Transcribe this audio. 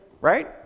right